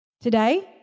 today